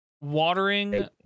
Watering